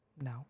No